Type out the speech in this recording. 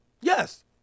Yes